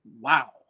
wow